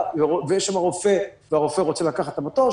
ויש שם רופא והרופא רוצה לקחת את המטוש.